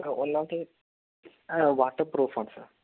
ഒന്നാമതു water പ്രൂഫാണ് sir